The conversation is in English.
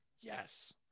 Yes